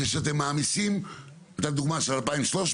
זה שאתם מעמיסים את הדוגמה של 2,300